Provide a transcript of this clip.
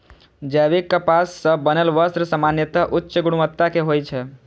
जैविक कपास सं बनल वस्त्र सामान्यतः उच्च गुणवत्ता के होइ छै